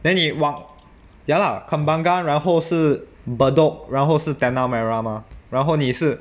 then 你往 ya lah kembangan 然后是 bedok 然后是 tanah merah mah 然后你是